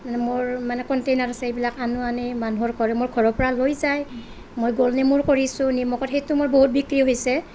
মানে মোৰ মানে কণ্টেইনাৰ আছে এইবিলাক আনো আনি মানুহৰ ঘৰে মোৰ ঘৰৰ পৰা লৈ যায় মই গোল নেমুৰ কৰিছোঁ নিমখত সেইটো মোৰ বহুত বিক্ৰী হৈছে